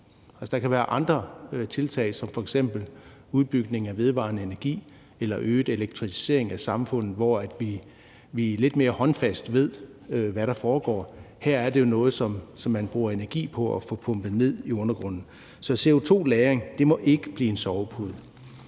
Der kan være andre tiltag som f.eks. udbygning af vedvarende energi eller øget elektrificering af samfundet, hvor vi lidt mere håndfast ved, hvad der foregår. Her er det jo noget, som man bruger energi på at få pumpet ned i undergrunden. Så CO2-lagring må ikke blive en sovepude.